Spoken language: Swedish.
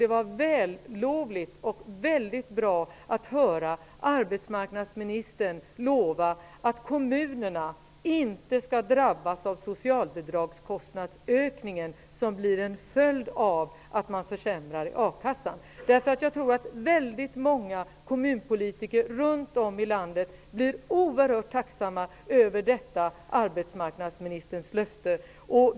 Det var intressant att höra arbetsmarknadsministern lova att kommunerna inte skall drabbas av den socialbidragskostnadsökning som blir en följd av att man försämrar a-kassan. Det var vällovligt och väldigt bra. Jag tror att många kommunalpolitiker runt om i landet blir oerhört tacksamma över detta arbetsmarknadsministerns löfte.